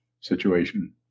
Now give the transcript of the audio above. situation